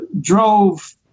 drove